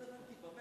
אדוני היושב-ראש,